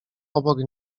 obok